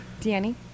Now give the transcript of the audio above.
Danny